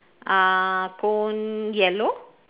uh cone yellow